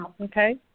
Okay